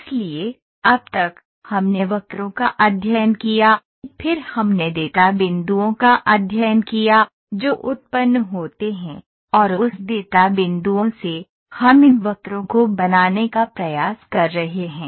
इसलिए अब तक हमने वक्रों का अध्ययन किया फिर हमने डेटा बिंदुओं का अध्ययन किया जो उत्पन्न होते हैं और उस डेटा बिंदुओं से हम इन वक्रों को बनाने का प्रयास कर रहे हैं